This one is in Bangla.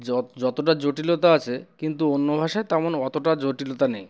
য যতটা জটিলতা আছে কিন্তু অন্য ভাষায় তেমন অতটা জটিলতা নেই